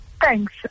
Thanks